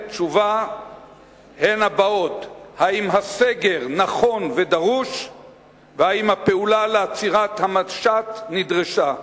תשובה הן הבאות: האם הסגר נכון ודרוש והאם הפעולה לעצירת המשט נדרשה.